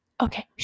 Okay